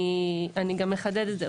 אני אחדד את זה.